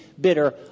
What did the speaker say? bitter